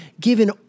given